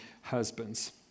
husbands